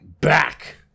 back